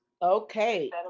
Okay